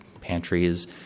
pantries